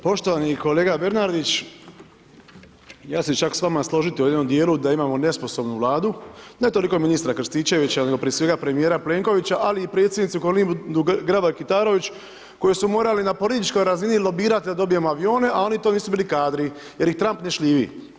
Poštovani kolega Bernardić, ja ću se čak s vama složiti u jednom dijelu da imamo nesposobnu vladu, ne toliko ministra Krstičevića, nego prije svega premjera Plenkovića, ali i predsjednicu Kolindu Grabar Kitarović, koju su morali na političkoj razini lobirati da dobijemo avione, a oni to nisu bili kadri, jer ih Trump ne šljivi.